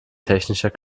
technischer